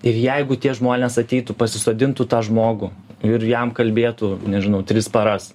ir jeigu tie žmonės ateitų pasisodintų tą žmogų ir jam kalbėtų nežinau tris paras